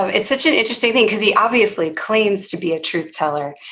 it's such an interesting thing because he obviously claims to be a truth teller.